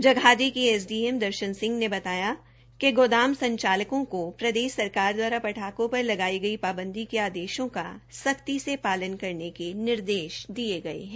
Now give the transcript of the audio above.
जगाधरी के एसडीएम दर्शन सिंह ने बताया कि गोदाम संचालकों को प्रदेश सरकार द्वारा पटाखों पर लगायी गई पाबंदी के आदेशों का सख्ती से पालन करने के निर्देश दिये गए हैं